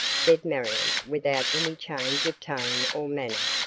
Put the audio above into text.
said marion without any change of tone or manner.